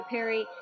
Perry